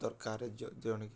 ଦର୍କାର୍ ଜଣେକେ